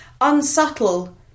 unsubtle